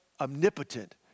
omnipotent